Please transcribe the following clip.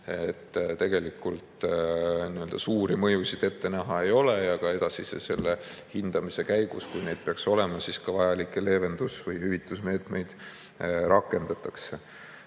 Tegelikult suuri mõjusid ette näha ei ole ja ka edasise hindamise käigus, kui see peaks tulema, vajalikke leevendus‑ või hüvitusmeetmeid rakendatakse.